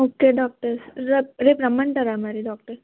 okay doctor ర రేపు రమ్మంటారా మరి డాక్టర్